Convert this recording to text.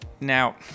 Now